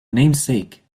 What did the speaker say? namesake